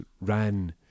ran